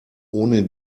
ohne